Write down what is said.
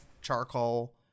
charcoal